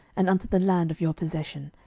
and unto the land of your possession,